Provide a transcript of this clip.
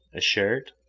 a shirt,